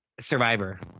Survivor